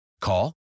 Call